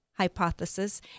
Hypothesis